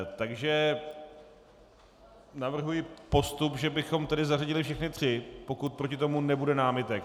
Takže navrhuji postup, že bychom zařadili všechny tři, pokud proti tomu nebude námitek.